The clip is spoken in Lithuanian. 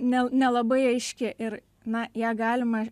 ne nelabai aiški ir na ją galima